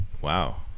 Wow